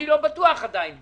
שאני לא בטוח עדיין בזה,